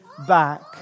back